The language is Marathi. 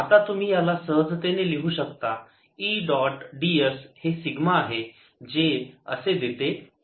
आता तुम्ही याला सहजतेने लिहू शकता E डॉट ds हे सिग्मा आहे जे असे देते की